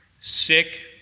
sick